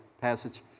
passage